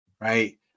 right